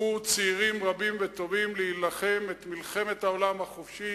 הלכו צעירים רבים וטובים להילחם את מלחמת העולם החופשי,